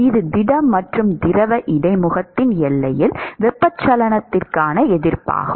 இது திட மற்றும் திரவ இடைமுகத்தின் எல்லையில் வெப்பச்சலனத்திற்கான எதிர்ப்பாகும்